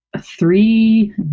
three